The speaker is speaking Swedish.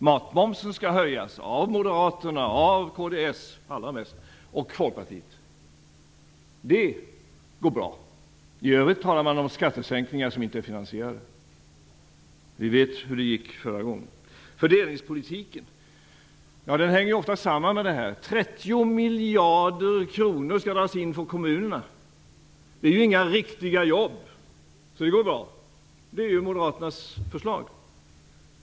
Matmomsen skall höjas, av Moderaterna, av Folkpartiet och allra mest av kds. Det går bra. I övrigt talar man om skattesänkningar som inte är finansierade. Vi vet hur det gick förra gången. Fördelningspolitiken hänger ofta samman med det här. 30 miljarder kronor skall dras in från kommunerna. Det är ju inga riktiga jobb, så det går bra. Det är moderaternas förslag.